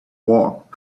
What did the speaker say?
walk